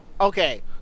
Okay